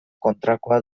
kontrakoa